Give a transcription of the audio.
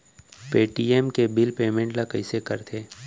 Paytm के bill payment ल कइसे करथे?